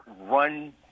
run